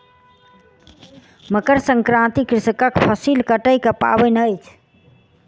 मकर संक्रांति कृषकक फसिल कटै के पाबैन अछि